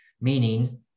meaning